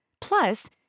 Plus